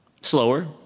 slower